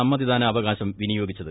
സമ്മതിദാനാവകാശം വിനിയോഗിച്ചത്